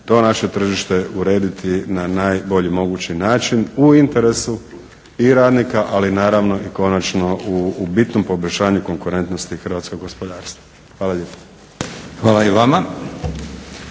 to naše tržište urediti na najbolji mogući način u interesu i radnika, ali naravno i konačno u bitnom poboljšanju konkurentnosti hrvatskog gospodarstva. Hvala lijepo. **Leko, Josip